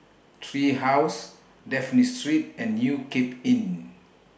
Tree House Dafne Street and New Cape Inn